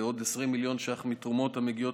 ועוד 20 מיליון ש"ח מתרומות המגיעות